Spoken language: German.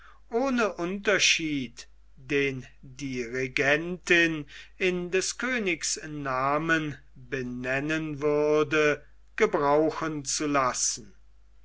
ohne unterschied den die regentin in des königs namen benennen würde gebrauchen zu lassen